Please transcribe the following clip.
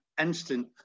instant